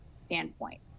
standpoint